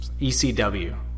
ECW